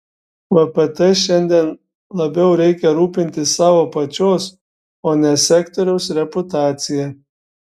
vpt šiandien labiau reikia rūpintis savo pačios o ne sektoriaus reputacija